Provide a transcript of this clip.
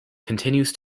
continues